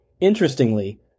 Interestingly